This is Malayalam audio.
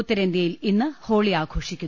ഉത്തരേന്ത്യയിൽ ഇന്ന് ഹോളി ആഘോഷിക്കുന്നു